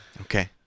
Okay